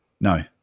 No